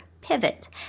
pivot